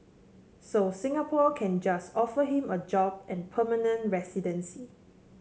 so Singapore can just offer him a job and permanent residency